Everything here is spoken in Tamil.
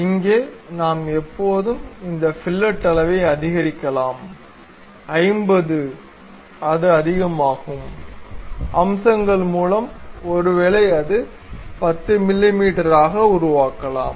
இங்கே நாம் எப்போதும் அந்த ஃபில்லட் அளவை அதிகரிக்கலாம் 50 அது அதிகமாகும் அம்சங்கள் மூலம் ஒருவேளை அது 10 மிமீ ஆக உருவாக்கலாம்